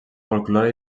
folklore